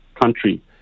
country